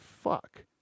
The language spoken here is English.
fuck